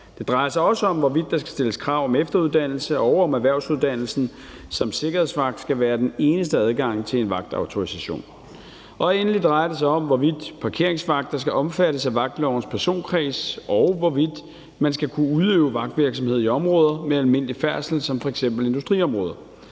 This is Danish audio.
Det drejer sig også om, hvorvidt der skal stilles krav om efteruddannelse, og om erhvervsuddannelsen som sikkerhedsvagt skal være den eneste adgang til en vagtautorisation. Endelig drejer det sig om, hvorvidt parkeringsvagter skal omfattes af vagtvirksomhedslovens personkreds, og hvorvidt man skal kunne udøve vagtvirksomhed i områder med almindelig færdsel som f.eks. industriområder.